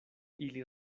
ili